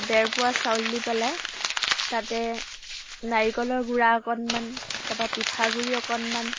ডেৰপোৱা চাউল দি পেলাই তাতে নাৰিকলৰ গুড়া অকণমান তাৰপৰা পিঠাগুৰি অকণমান